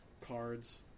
Cards